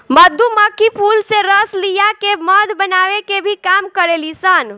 मधुमक्खी फूल से रस लिया के मध बनावे के भी काम करेली सन